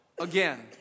again